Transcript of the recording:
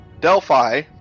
Delphi